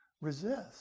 resist